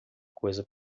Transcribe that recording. coisa